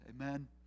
Amen